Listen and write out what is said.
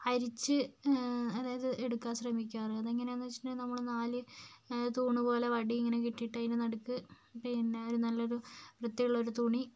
അരിച്ച് അതായത് എടുക്കാൻ ശ്രമിക്കാറ് അതെങ്ങനെയാണെന്ന് വെച്ചിട്ടുണ്ടെങ്കിൽ നമ്മൾ നാല് തൂണ് പോലെ വടി ഇങ്ങനെ കെട്ടിയിട്ട് അതിൻ്റെ നടുക്ക് പിന്നെ ഒരു നല്ലൊരു വൃത്തിയുള്ളൊരു തുണി